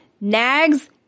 Nags